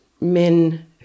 men